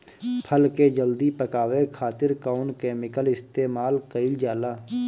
फल के जल्दी पकावे खातिर कौन केमिकल इस्तेमाल कईल जाला?